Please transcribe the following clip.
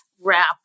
wrap